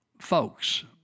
folks